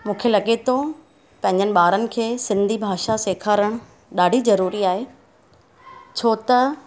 मूंखे लॻे थो पंहिंजनि ॿारनि खे सिंधी भाषा सेखारणु ॾाढी ज़रूरी आहे छोत